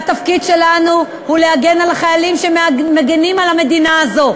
והתפקיד שלנו הוא להגן על החיילים שמגינים על המדינה הזאת,